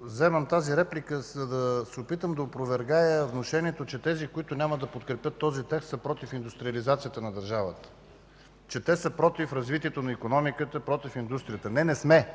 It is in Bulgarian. Вземам тази реплика, за да се опитам да опровергая внушението, че тези, които няма да подкрепят този текст, са против индустриализацията на държавата, че са против развитието на икономиката, против индустрията. Не, не сме,